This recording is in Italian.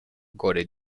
gode